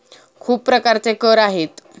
खूप प्रकारचे कर आहेत